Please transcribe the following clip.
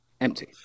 empty